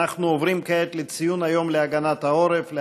אנחנו עוברים כעת לציון היום להגנת העורף,